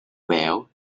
well